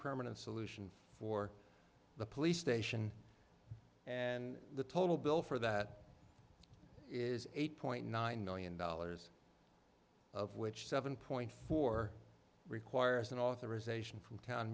permanent solution for the police station and the total bill for that is eight point nine million dollars of which seven point four requires an authorization from town